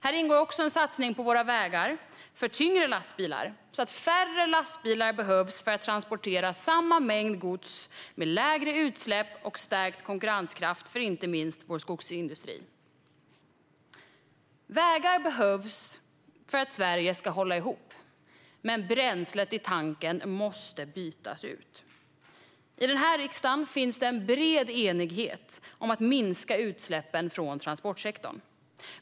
Här ingår också en satsning på våra vägar för tyngre lastbilar, så att färre lastbilar behövs för att transportera samma mängd gods, med lägre utsläpp och stärkt konkurrenskraft för inte minst vår skogsindustri. Vägar behövs för att Sverige ska hålla ihop, men bränslet i tanken måste bytas ut. I riksdagen finns det en bred enighet om att minska utsläppen från transportsektorn.